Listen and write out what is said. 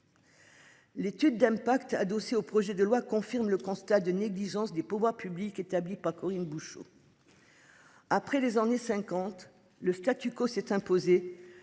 L'étude d'impact adossé au projet de loi confirme le constat de négligence des pouvoirs publics établi par Corinne Bouchoux. Après les années 50, le statu quo s'est imposé